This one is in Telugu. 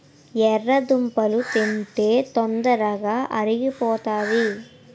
ఎర్రదుంపలు తింటే తొందరగా అరిగిపోతాది